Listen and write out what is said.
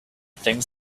things